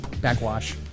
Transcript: Backwash